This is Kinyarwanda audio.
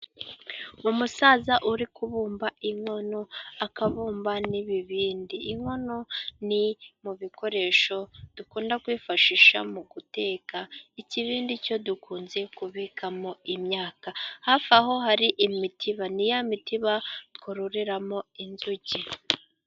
Umusaza uri kubumba inkono, akabumba n'ibibindi, inkono ni mu bikoresho dukunda kwifashisha mu guteka, ikibindi cyo dukunze kubikamo imyaka, hafi aho hari imitiba, niyamitiba twororeramo inzuki.